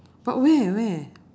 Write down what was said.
but where where